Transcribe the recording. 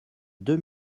deux